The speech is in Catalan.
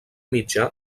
mitjà